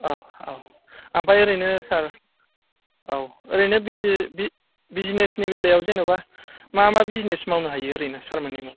औ औ ओमफ्राय ओरैनो सार औ ओरैनो बिजि बि बिजिनेसनि बेलायाव जेन'बा मा मा बिजिनेस मावनो हायो ओरैनो सारमोननि